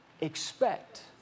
expect